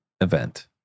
event